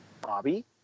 Bobby